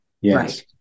yes